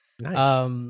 Nice